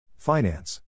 Finance